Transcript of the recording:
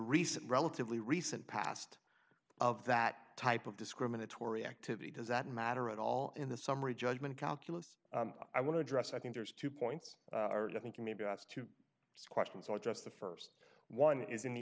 recent relatively recent past of that type of discriminatory activity does that matter at all in the summary judgment calculus i want to address i think there's two points i think you may be asked two questions or just the st one is in the